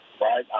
right